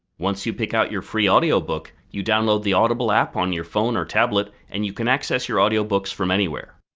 once you pick out your free audiobook, you download the audible app on your phone or tablet, and you can access your audiobooks from anywhere.